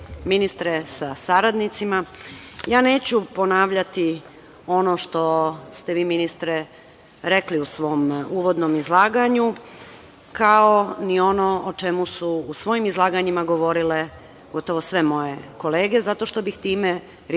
sa saradnicima, neću ponavljati ono što ste vi, ministre, rekli u svom uvodnom izlaganju, kao ni ono o čemu su u svojim izlaganjima govorile sve moje kolege, zato što bih time rizikovala